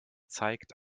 zeigt